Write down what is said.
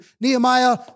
Nehemiah